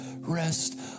rest